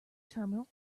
terminal